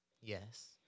Yes